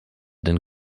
denn